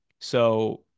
So-